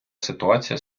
ситуація